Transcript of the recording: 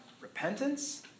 repentance